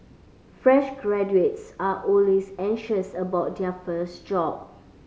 fresh graduates are always anxious about their first job